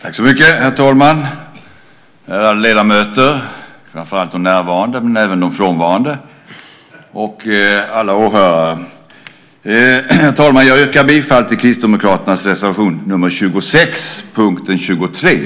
Herr talman! Ärade ledamöter, framför allt de närvarande men även de frånvarande, och alla åhörare! Jag yrkar bifall till Kristdemokraternas reservation nr 26 under punkt 23.